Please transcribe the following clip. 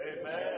Amen